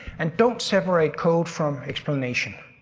and don't separate code from explanation.